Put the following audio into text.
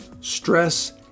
stress